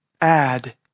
add